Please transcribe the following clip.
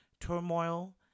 turmoil